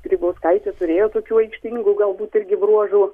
grybauskaitė turėjo tokių aikštingų galbūt irgi bruožų